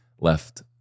left